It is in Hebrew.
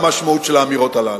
למשמעות של האמירות הללו.